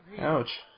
Ouch